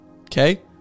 okay